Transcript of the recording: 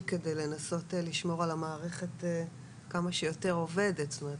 כדי לנסות לשמור על המערכת כמה שיותר עובדת.